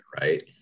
right